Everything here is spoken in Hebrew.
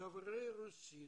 דוברי רוסית